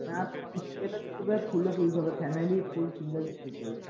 না সিঙ্গেলও তুলবে ফুলও তুলতে হবে ফ্যামিলি ফুল সিঙ্গেল দুটোই